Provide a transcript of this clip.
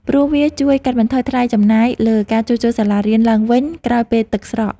ព្រោះវាជួយកាត់បន្ថយថ្លៃចំណាយលើការជួសជុលសាលារៀនឡើងវិញក្រោយពេលទឹកស្រក។